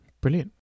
brilliant